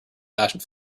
passion